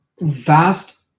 vast